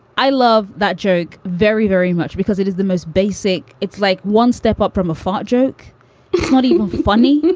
i love that joke very, very much because it is the most basic. it's like one step up from a fart joke. it's not even funny,